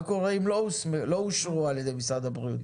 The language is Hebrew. קורה אם לא אושרו על ידי משרד הבריאות?